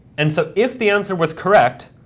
and so if the answer was correct,